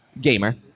gamer